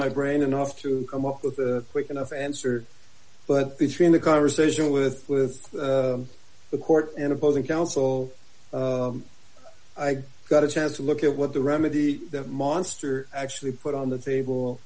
my brain enough to come up with a weak enough answer but between the conversation with with the court in opposing counsel i got a chance to look at what the remedy that monster actually put on the